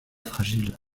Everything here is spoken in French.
fragile